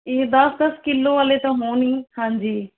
ਇਹ ਦਸ ਦਸ ਕਿਲੋ ਵਾਲੇ ਤਾਂ ਹੋਣ ਹੀ ਹਾਂਜੀ